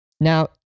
now